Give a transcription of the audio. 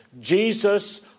Jesus